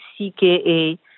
CKA